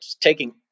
taking